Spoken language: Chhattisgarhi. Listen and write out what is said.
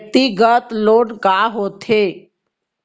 व्यक्तिगत लोन का होथे?